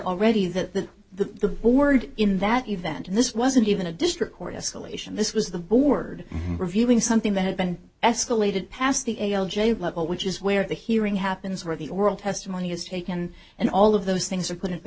already that the the board in that event this wasn't even a district court escalation this was the board reviewing something that had been escalated past the a l j level which is where the hearing happens where the oral testimony is taken and all of those things are put in the